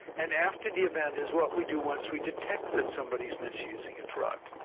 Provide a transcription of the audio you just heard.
and after the event is what we do once we detect that somebody is misusing a drug.